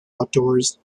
outdoors